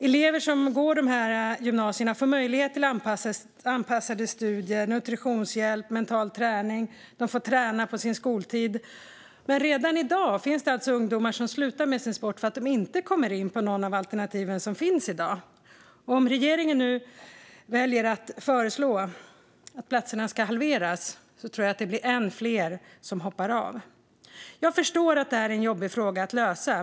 Elever som går dessa gymnasier får möjlighet till anpassade studier, nutritionshjälp och mental träning. De får träna på sin skoltid. Men redan i dag finns det alltså ungdomar som slutar med sin sport därför att de inte kommer in på något av de alternativ som finns. Om regeringen nu väljer att föreslå att antalet platser ska halveras tror jag att det blir än fler som hoppar av. Jag förstår att detta är en jobbig fråga att lösa.